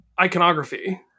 iconography